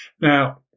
Now